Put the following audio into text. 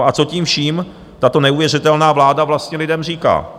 A co tím vším tato neuvěřitelná vláda vlastně lidem říká?